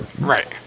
Right